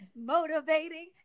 motivating